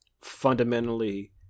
fundamentally